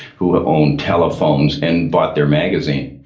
who ah owned telephones and bought their magazine.